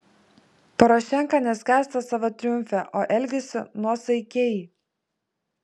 porošenka neskęsta savo triumfe o elgiasi nuosaikiai